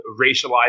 racialized